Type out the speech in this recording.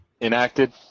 enacted